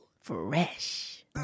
fresh